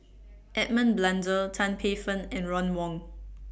Edmund Blundell Tan Paey Fern and Ron Wong